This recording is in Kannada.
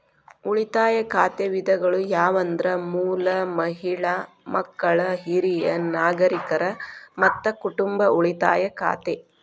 ಉಳಿತಾಯ ಖಾತೆ ವಿಧಗಳು ಯಾವಂದ್ರ ಮೂಲ, ಮಹಿಳಾ, ಮಕ್ಕಳ, ಹಿರಿಯ ನಾಗರಿಕರ, ಮತ್ತ ಕುಟುಂಬ ಉಳಿತಾಯ ಖಾತೆ